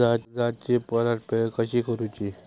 कर्जाची परतफेड कशी करुची?